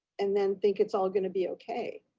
and then think it's all gonna be okay.